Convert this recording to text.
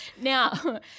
Now